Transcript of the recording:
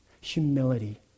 humility